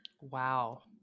Wow